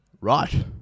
Right